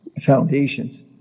foundations